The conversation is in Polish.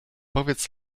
powiedz